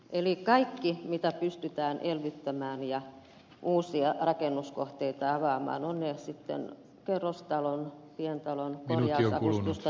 eli kaikki mitä pystytään elvyttämään ja uusia rakennuskohteita avaamaan on se sitten kerrostalon pientalon korjausavustusta tai uusrakentamista kaikki on kannatettavaa